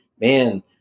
man